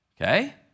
Okay